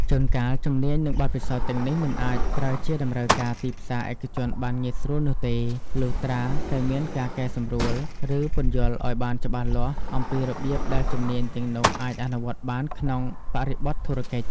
ជួនកាល ជំនាញ និងបទពិសោធន៍ទាំងនេះមិនអាចប្រើជាតម្រូវការទីផ្សារឯកជនបានងាយស្រួលនោះទេ លុះត្រាតែមានការកែសម្រួល ឬពន្យល់ឱ្យបានច្បាស់លាស់អំពីរបៀបដែលជំនាញទាំងនោះអាចអនុវត្តបានក្នុងបរិបទធុរកិច្ច។